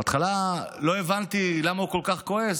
בהתחלה לא הבנתי למה הוא כל כך כועס,